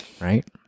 Right